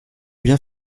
bien